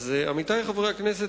עמיתי חברי הכנסת,